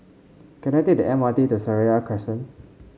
can I take the M R T to Seraya Crescent